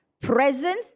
Presence